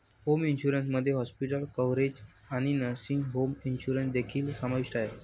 home insurance मध्ये hospital coverage आणि nursing home insurance देखील समाविष्ट आहे